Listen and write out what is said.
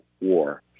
war